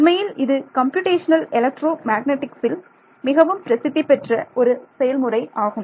உண்மையில் இது கம்ப்யூடேஷனல் எலக்ட்ரோ மேக்னடிக்ஸில் மிகவும் பிரசித்தி பெற்ற ஒரு செயல்முறை ஆகும்